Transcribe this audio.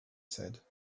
said